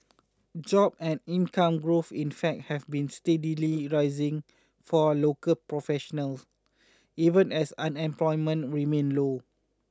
job and income growth in fact have been steadily rising for a local professional even as unemployment remained low